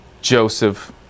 Joseph